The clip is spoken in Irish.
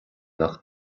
nach